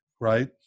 right